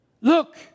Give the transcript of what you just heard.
look